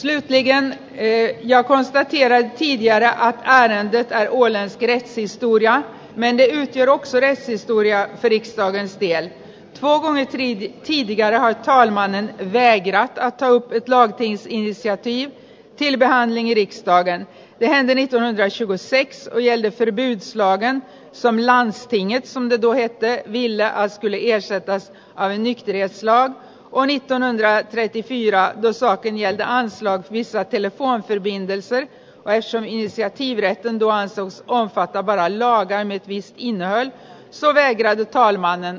linja ei ja on sielläkin jäädä aineen pitää huolen tiesi istuu ja lennellyt ja säde istuu ja edistää pian ohi niin kiinni ja ilmainen te ikinä täältä lähti niissä viitattiinkaan hiksta idän ääneni tähän syvässä isojen filmien slogan sanellaan pinjets on etua että niillä on kylien säätää aini ja sillä oli tänään ja epitihia saatiin ja anssi viskatelefonförbindelser päissäni asiat siirretään tilaisuus on pätevä raja on käynyt viis frågan finns också intagen i regeringsprogrammet